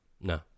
No